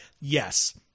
Yes